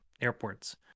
airports